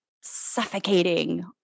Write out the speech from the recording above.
suffocating